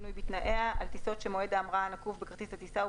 שינוי בתנאיה) על טיסות שמועד ההמראה הנקוב בכרטיס הטיסה הוא